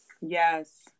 Yes